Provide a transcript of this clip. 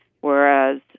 whereas